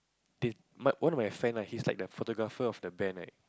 then one of my friend lah he is like the photographer of the band right